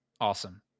Awesome